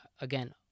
again